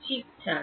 ঠিকঠাক